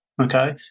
okay